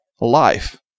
life